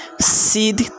seed